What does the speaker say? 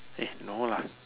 eh no lah